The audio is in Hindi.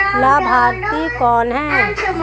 लाभार्थी कौन है?